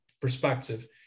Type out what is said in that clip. perspective